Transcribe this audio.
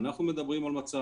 תודה רבה, מידן.